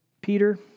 Peter